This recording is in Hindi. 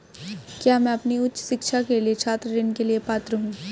क्या मैं अपनी उच्च शिक्षा के लिए छात्र ऋण के लिए पात्र हूँ?